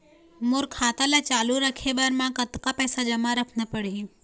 मोर खाता ला चालू रखे बर म कतका पैसा जमा रखना पड़ही?